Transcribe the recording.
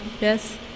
Yes